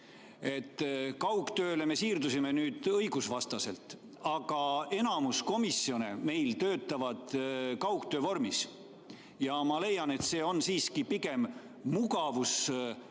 Kaugtööle me siirdusime nüüd õigusvastaselt, aga enamus komisjone töötavad meil ka kaugtöö vormis, ja ma leian, et see on siiski pigem mugavuslahendus